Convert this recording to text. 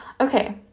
okay